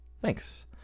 Thanks